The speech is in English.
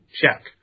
check